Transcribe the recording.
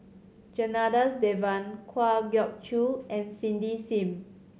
Janadas Devan Kwa Geok Choo and Cindy Sim